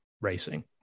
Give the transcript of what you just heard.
racing